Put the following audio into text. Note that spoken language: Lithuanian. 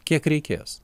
kiek reikės